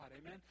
Amen